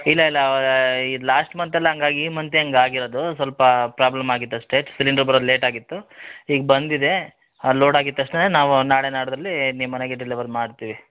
ಇಲ್ಲ ಇಲ್ಲ ಇದು ಲಾಸ್ಟ್ ಮಂತಲ್ಲಿ ಹಂಗಾಗ್ ಈ ಮಂತೆ ಹಂಗ್ ಆಗಿರೋದು ಸ್ವಲ್ಪ ಪ್ರಾಬ್ಲಮ್ ಆಗಿತ್ತು ಅಷ್ಟೆ ಸಿಲಿಂಡ್ರ್ ಬರೋದು ಲೇಟ್ ಆಗಿತ್ತು ಈಗ ಬಂದಿದೆ ಲೋಡ್ ಆಗಿದ್ದ ತಕ್ಷಣನೆ ನಾವು ನಾಳೆ ನಾಡಿದ್ದಲ್ಲಿ ನಿಮ್ಮ ಮನೆಗೆ ಡೆಲಿವರ್ ಮಾಡ್ತೀವಿ